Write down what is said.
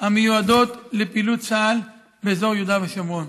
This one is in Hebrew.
המיועדות לפעילות צה"ל באזור יהודה ושומרון.